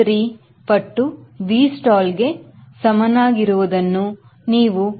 3 ಪಟ್ಟು V stall ಗೆ ಸಮ ವಾಗಿರುವುದನ್ನು ನೀವು 1